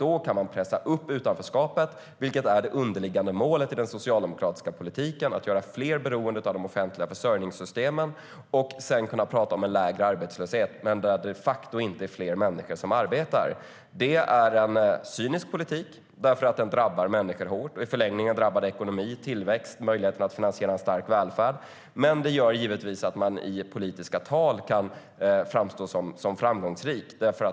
Då kan man pressa upp utanförskapet, vilket är det underliggande målet i den socialdemokratiska politiken, att göra fler beroende av de offentliga försörjningssystemen och samtidigt prata om en lägre arbetslöshet, trots att det de facto inte är fler människor som arbetar. Det är en cynisk politik därför att den drabbar människor och i förlängningen drabbar den ekonomi, tillväxt och möjligheterna att finansiera en stark välfärd. Men i politiska tal kan man givetvis framstå som framgångsrik.